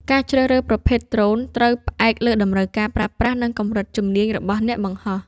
ការជ្រើសរើសប្រភេទដ្រូនត្រូវផ្អែកលើតម្រូវការប្រើប្រាស់ និងកម្រិតជំនាញរបស់អ្នកបង្ហោះ។